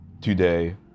today